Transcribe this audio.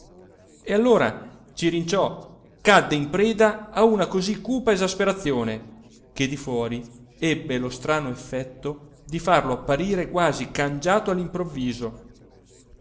e allora cirinciò cadde in preda a una così cupa esasperazione che di fuori ebbe lo strano effetto di farlo apparire quasi cangiato allimprovviso